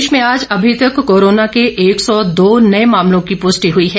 प्रदेश में आज अभी तक कोरोना के एक सौ दो नए मामलों की पुष्टि हुई है